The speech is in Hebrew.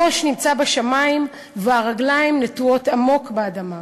הראש נמצא בשמים והרגליים נטועות עמוק באדמה.